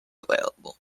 available